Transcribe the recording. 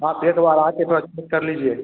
आप एक बार आके थोड़ा चेक कर लीजिए